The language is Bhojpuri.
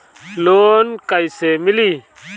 लोन कइसे मिली?